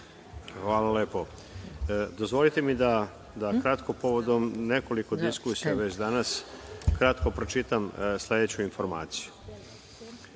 Hvala lepo. Dozvolite mi da kratko, povodom nekoliko već diskusija danas, kratko pročitam sledeću informaciju.